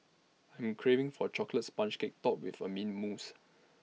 I'm craving for A Chocolate Sponge Cake Topped with Mint Mousse